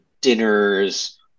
dinners